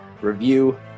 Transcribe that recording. review